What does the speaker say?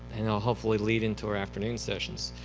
and i'll hopefully lead into our afternoon sessions.